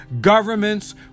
Governments